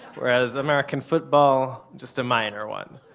whereas american football, just a minor one.